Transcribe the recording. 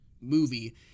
movie